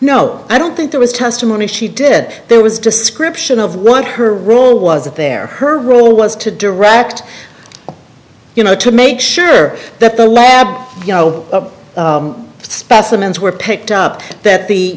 no i don't think there was testimony she did there was description of what her role was if there her role was to direct you know to make sure that the lab you know specimens were picked up that the